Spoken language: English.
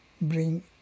Bring